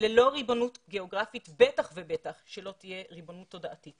ללא ריבונות גיאוגרפית בטח ובטח שלא תהיה ריבונות תודעתית.